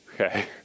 Okay